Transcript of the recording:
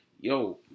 yo